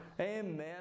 Amen